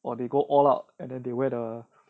or they go all out and then they wear